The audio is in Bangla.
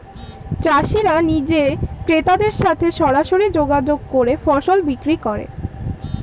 চাষিরা নিজে ক্রেতাদের সাথে সরাসরি যোগাযোগ করে ফসল বিক্রি করে